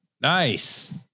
Nice